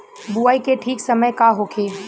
बुआई के ठीक समय का होखे?